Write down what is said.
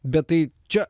bet tai čia